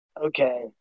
Okay